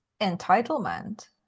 entitlement